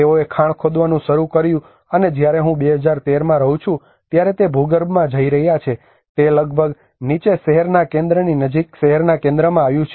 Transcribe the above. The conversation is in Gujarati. તેઓએ ખાણ ખોદવાનું શરૂ કર્યું અને જ્યારે હું 2013 માં રહું છું ત્યારે તે ભૂગર્ભમાં જઇ રહ્યા છે તે લગભગ નીચે શહેરના કેન્દ્રની નજીક શહેરના કેન્દ્રમાં આવ્યું છે